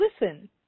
listen